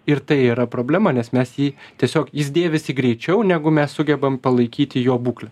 ir tai yra problema nes mes jį tiesiog jis dėvisi greičiau negu mes sugebam palaikyti jo būklę